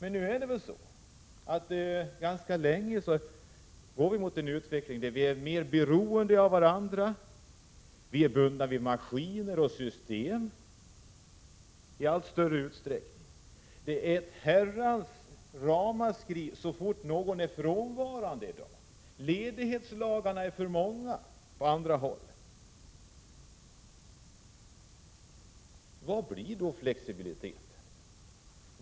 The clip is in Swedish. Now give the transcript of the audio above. Vi har emellertid haft en utveckling, där vi blivit mer beroende av varandra och bundits vid maskiner och system, och detta kommer att bli fallet i allt större utsträckning i framtiden. Det blir i dag ett ramaskri så fort någon är frånvarande från arbetet. Ledighetslagarna är för många, säger man. Vad blir då flexibilitet?